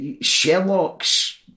Sherlock's